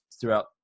throughout